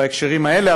בהקשרים האלה,